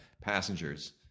Passengers